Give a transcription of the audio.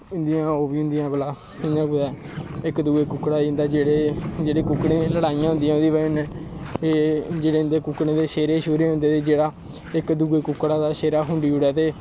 इंदियां ओह् बी होंदियां भला इं'दे इक दुऐ कुक्कड़े दी लड़ाइयां होंदियां उ'दी ब'जा नै जेह्ड़े इं'दे कुक्कड़ें दे सेह्रे सूह्रे होंदे जेह्ड़ा इक दुए कुक्कड़ा दा सेह्रा खुंडी ओड़ै ते